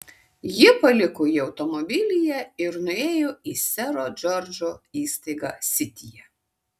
ji paliko jį automobilyje ir nuėjo į sero džordžo įstaigą sityje